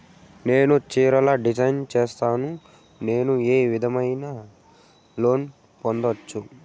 నేను చీరలు డిజైన్ సేస్తాను, నేను ఏ విధమైన లోను పొందొచ్చు